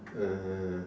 uh